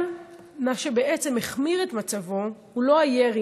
אבל מה שבעצם החמיר את מצבו הוא לא הירי,